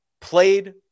played